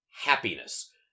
happiness